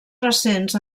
recents